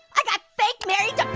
i got fake married